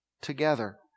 together